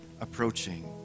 approaching